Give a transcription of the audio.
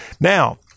Now